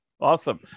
Awesome